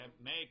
make